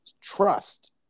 trust